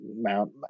Mount